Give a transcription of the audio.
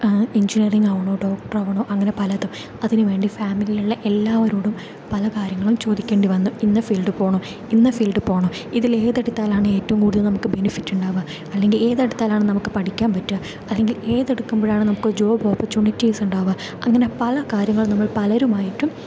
engineering ആവണോ doctor ആവണോ അങ്ങനെ പലതും അതിനുവേണ്ടി ഫാമിലിയിൽ ഉള്ള എല്ലാവരോടും പല കാര്യങ്ങളും ചോദിക്കേണ്ടി വന്നു ഇന്ന ഫീൽഡ് പോകണോ ഇന്ന ഫീൽഡ് പോകണോ ഇതിലേത് എടുത്താലാണ് ഏറ്റവും കൂടുതൽ നമുക്ക് ബെനിഫിറ്റ് ഉണ്ടാവുക അല്ലെങ്കിൽ ഏത് എടുത്താലാണ് നമുക്ക് പഠിക്കാൻ പറ്റുക അല്ലെങ്കിൽ ഏത് എടുക്കുമ്പോഴാണ് നമുക്ക് ജോബ് ഓപ്പറച്യുണിറ്റീസ് ഉണ്ടാവുക അങ്ങനെ പല കാര്യങ്ങൾ നമ്മൾ പലരുമായിട്ടും